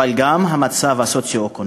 אבל גם את המצב הסוציו-אקונומי,